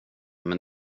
men